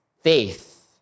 faith